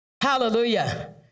Hallelujah